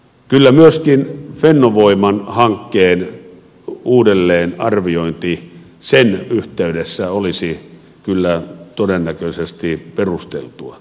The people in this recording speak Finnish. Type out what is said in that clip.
kyllä myöskin fennovoiman hankkeen uudelleenarviointi sen yhteydessä olisi todennäköisesti perusteltua